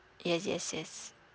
yes yes yes